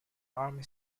army